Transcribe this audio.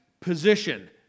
position